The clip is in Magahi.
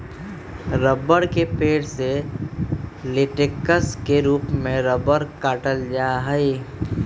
रबड़ के पेड़ से लेटेक्स के रूप में रबड़ काटल जा हई